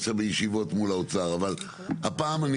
אבל עד אז אתם צריכים לתת כלים למנכ"ל